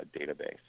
database